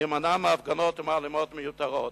נימנע מהפגנות ומאלימות מיותרת.